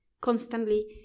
constantly